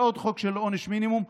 בעוד חוק של עונש מינימום,